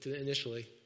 initially